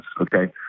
okay